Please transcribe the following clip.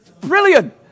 Brilliant